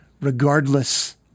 regardless